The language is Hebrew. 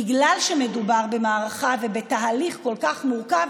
בגלל שמדובר במערכה ובתהליך כל כך מורכב,